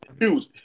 huge